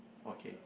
okay